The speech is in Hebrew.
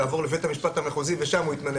יעבור לבית המשפט המחוזי ושם הוא יתמנה כנשיא.